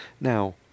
Now